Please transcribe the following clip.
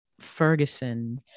Ferguson